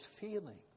feeling